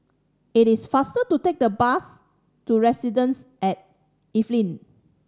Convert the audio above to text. it is faster to take the bus to Residences at Evelyn